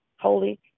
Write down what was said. holy